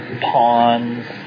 ponds